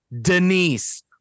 Denise